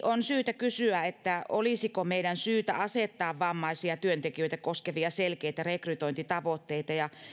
on syytä kysyä olisiko meidän syytä asettaa vammaisia työntekijöitä koskevia selkeitä rekrytointitavoitteita ja